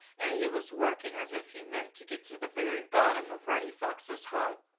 and he was working as if he meant to get to the very bottom of reddy fox's home!